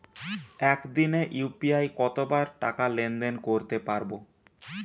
একদিনে ইউ.পি.আই কতবার টাকা লেনদেন করতে পারব?